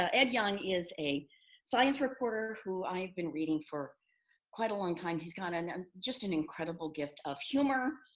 ah ed young is a reporter who i've been reading for quite a long time. he's got and um just an incredible gift of humor,